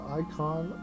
icon